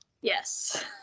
Yes